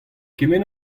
kement